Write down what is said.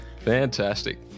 Fantastic